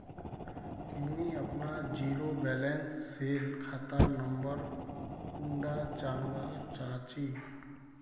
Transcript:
मुई अपना zero balance सेल खाता नंबर कुंडा जानवा चाहची?